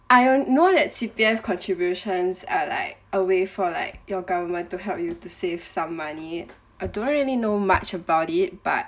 I don't know that C_P_F contributions are like a way for like your government to help you to save some money I don't really know much about it but